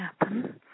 happen